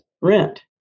rent